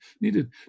needed